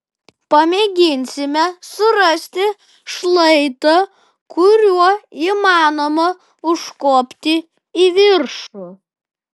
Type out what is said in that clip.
pamėginsime surasti šlaitą kuriuo įmanoma užkopti į viršų